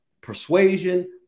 persuasion